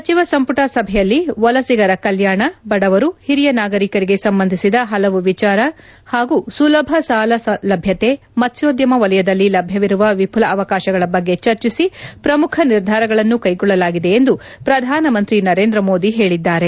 ಸಚಿವ ಸಂಪುಟ ಸಭೆಯಲ್ಲಿ ವಲಸಿಗರ ಕಲ್ಲಾಣ ಬಡವರು ಹಿರಿಯ ನಾಗರಿಕರಿಗೆ ಸಂಬಂಧಿಸಿದ ಹಲವು ವಿಚಾರ ಹಾಗೂ ಸುಲಭ ಸಾಲ ಲಭ್ಯತೆ ಮತ್ತ್ವೋದ್ಯಮ ವಲಯದಲ್ಲಿ ಲಭ್ಯವಿರುವ ವಿಘುಲ ಅವಕಾಶಗಳ ಬಗ್ಗೆ ಚರ್ಚಿಸಿ ಪ್ರಮುಖ ನಿರ್ಧಾರಗಳನ್ನು ಕ್ಲೆಗೊಳ್ಳಲಾಗಿದೆ ಎಂದು ಪ್ರಧಾನಮಂತ್ರಿ ನರೇಂದ್ರ ಮೋದಿ ಹೇಳಿದ್ದಾರೆ